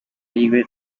yiwe